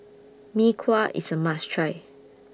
Mee Kuah IS A must Try